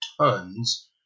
tons